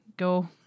go